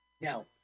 Now